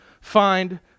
find